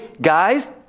guys